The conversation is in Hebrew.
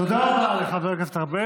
תודה רבה לחבר הכנסת ארבל.